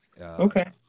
Okay